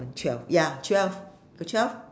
~ven twelve ya twelve you got twelve